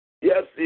Yes